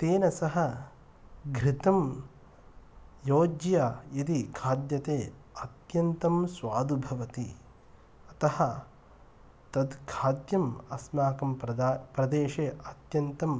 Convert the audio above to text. तेन सह घृतं योज्य यदि खाद्यते अत्यन्तं स्वादुः भवति अतः तत् खाद्यम् अस्माकं प्रदा प्रदेशे अत्यन्तं